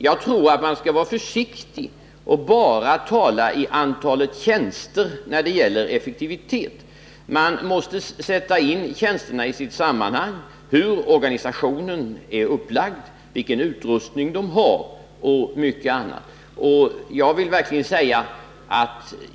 Jag tror att man skall vara försiktig med att bara tala om antalet tjänster när det gäller effektiviteten. Man måste sätta in tjänsterna i deras sammanhang — hur organisationen är upplagd, vilken utrustning den har och mycket annat.